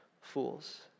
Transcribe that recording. fools